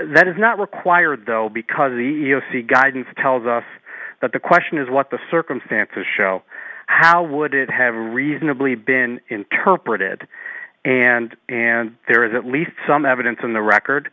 that is not required though because the e e o c guidance tells us that the question is what the circumstances show how would it have reasonably been interpreted and and there is at least some evidence in the record